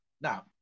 Now